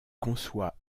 conçoit